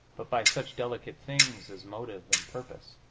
but by such delicate things as motive and purpose.